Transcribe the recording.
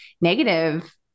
negative